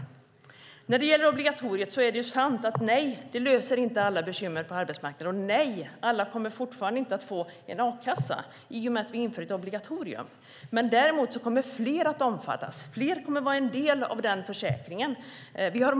Det är sant att obligatoriet inte löser alla bekymmer på arbetsmarknaden. Nej, alla kommer fortfarande inte att få a-kassa i och med att vi inför ett obligatorium. Däremot kommer fler att omfattas. Fler kommer att få del av försäkringen.